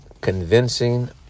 Convincing